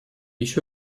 еще